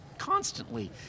constantly